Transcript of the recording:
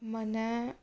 મને